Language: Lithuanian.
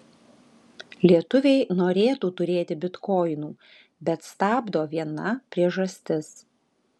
lietuviai norėtų turėti bitkoinų bet stabdo viena priežastis